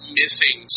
missing